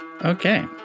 Okay